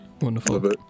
Wonderful